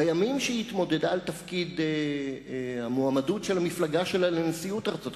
בימים שהתמודדה על תפקיד המועמדת של המפלגה שלה לנשיאות ארצות-הברית,